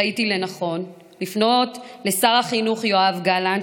ראיתי לנכון לפנות לשר החינוך יואב גלנט,